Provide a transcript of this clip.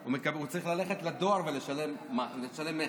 הוא צריך ללכת לדואר ולשלם מכס.